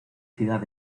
ciudad